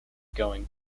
going